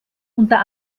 unter